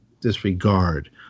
disregard